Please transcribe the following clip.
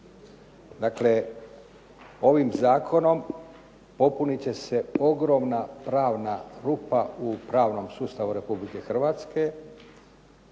Dakle, ovim zakonom popunit će se ogromna pravna rupa u pravnom sustavu RH, a